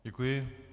Děkuji.